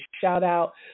shout-out